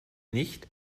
nicht